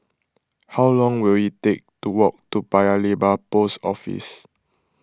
how long will it take to walk to Paya Lebar Post Office